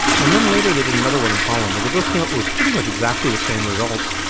and then later they did another one in holland, and they both came up with pretty much exactly the same results.